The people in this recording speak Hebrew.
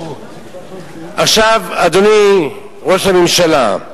אדוני ראש הממשלה,